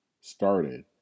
started